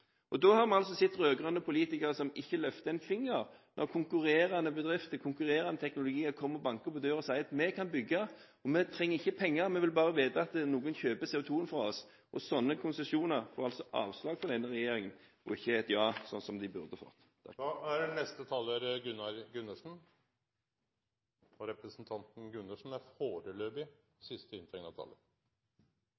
virker. Da har vi sett rød-grønne politikere som ikke har løftet en finger når konkurrerende bedrifter og konkurrerende teknologier kommer og banker på døren og sier: Vi kan bygge, og vi trenger ikke penger, vi vil bare vite at noen kjøper CO2-en fra oss. Sånne konsesjoner får altså avslag fra denne regjeringen – ikke et ja, som de burde ha fått. Jeg skal bare ta en kort kommentar. Jeg synes det er